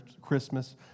Christmas